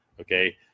okay